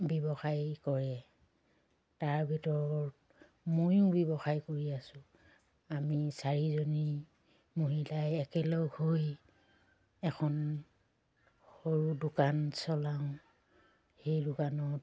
ব্যৱসায় কৰে তাৰ ভিতৰত ময়ো ব্যৱসায় কৰি আছোঁ আমি চাৰিজনী মহিলাই একেলগ হৈ এখন সৰু দোকান চলাওঁ সেই দোকানত